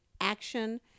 action